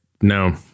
no